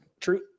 true